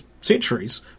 centuries